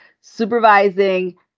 supervising